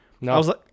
No